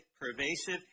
pervasive